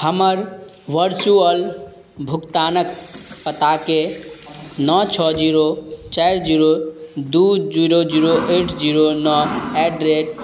हमर वरचुअल भुगतानके पताके नओ छओ जीरो चारि जीरो दुइ जीरो जीरो एट जीरो नओ ऐट द रेट